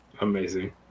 Amazing